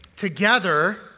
Together